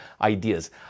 ideas